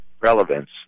relevance